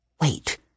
Wait